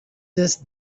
this